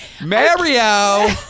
Mario